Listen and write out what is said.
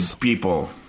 people